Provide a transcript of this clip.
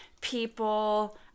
people